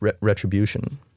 retribution